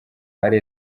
hari